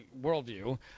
worldview